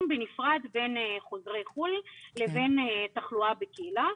בנפרד בין חוזרי חו"ל לבין תחלואה בקהילה,